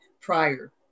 prior